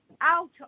out